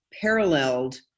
paralleled